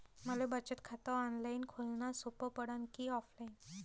मले बचत खात ऑनलाईन खोलन सोपं पडन की ऑफलाईन?